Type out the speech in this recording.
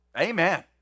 Amen